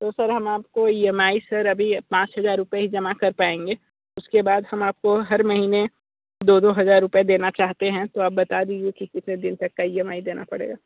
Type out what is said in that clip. तो सर हम आपको ईएमआई सर अभी पाँच हज़ार रुपये ही जमा कर पाएंगे उसके बाद हम आपको हर महीने दो दो हज़ार रुपये देना चाहते हैं तो आप बात दीजिए कि कितने दिन तक का ईएमआई देना पड़ेगा